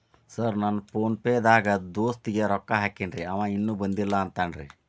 Sir PhonePe ದಾಗ ದೋಸ್ತ್ ಗೆ ರೊಕ್ಕಾ ಹಾಕೇನ್ರಿ ಅಂವ ಇನ್ನು ಬಂದಿಲ್ಲಾ ಅಂತಾನ್ರೇ?